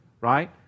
right